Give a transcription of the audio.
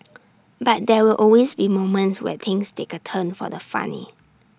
but there will always be moments where things take A turn for the funny